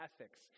ethics